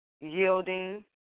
yielding